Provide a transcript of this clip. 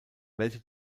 welche